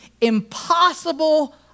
impossible